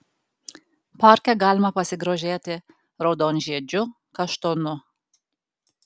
parke galima pasigrožėti raudonžiedžiu kaštonu